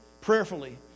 prayerfully